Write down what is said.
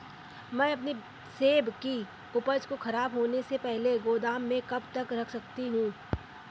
मैं अपनी सेब की उपज को ख़राब होने से पहले गोदाम में कब तक रख सकती हूँ?